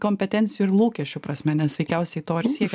kompetencijų ir lūkesčių prasme nes veikiausiai to ir siekia